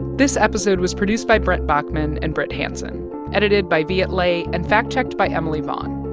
this episode was produced by brett bachman and brit hanson, edited by viet le and fact-checked by emily vaughn.